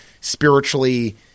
spiritually